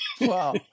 Wow